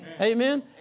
Amen